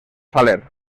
saler